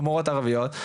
או מורות ערביות.